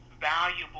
valuable